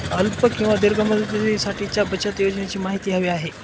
अल्प किंवा दीर्घ मुदतीसाठीच्या बचत योजनेची माहिती हवी आहे